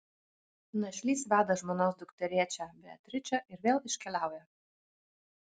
našlys veda žmonos dukterėčią beatričę ir vėl iškeliauja